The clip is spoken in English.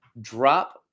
drop